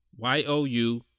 Y-O-U